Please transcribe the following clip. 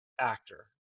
actor